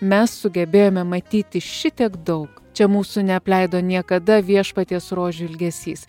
mes sugebėjome matyti šitiek daug čia mūsų neapleido niekada viešpaties rožių ilgesys